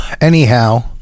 Anyhow